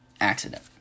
accident